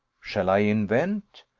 shall i invent?